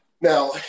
now